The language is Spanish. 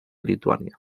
lituania